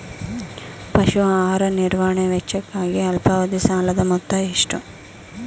ಪಶು ಆಹಾರ ನಿರ್ವಹಣೆ ವೆಚ್ಚಕ್ಕಾಗಿ ಅಲ್ಪಾವಧಿ ಸಾಲದ ಮೊತ್ತ ಎಷ್ಟು?